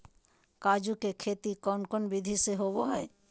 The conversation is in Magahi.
काजू के खेती कौन कौन विधि से होबो हय?